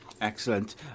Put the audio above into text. Excellent